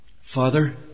Father